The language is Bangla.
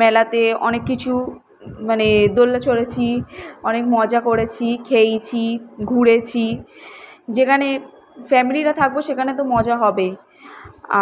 মেলাতে অনেক কিছু মানে দোলনা চড়েছি অনেক মজা করেছি খেয়েছি ঘুরেছি যেকানে ফ্যামিলিরা থাকবো সেখানে তো মজা হবে